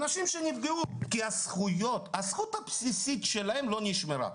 כי הזכות הבסיסית שלהם נפגעה ולא נשמרה.